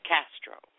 Castro